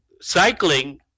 cycling